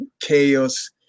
chaos